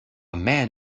man